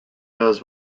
does